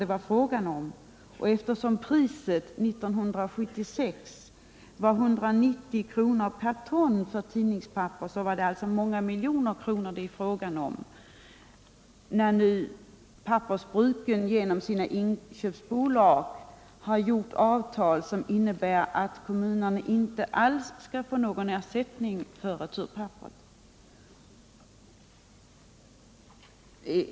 Priset år 1976 per ton tidningspapper var 190 kr., och det innebär att kommunerna går miste om många miljoner kronor genom de avtal som pappersbrukens inköpsbolag träffat och som medför att kommunerna inte alls skall få någon ersättning för returpapper.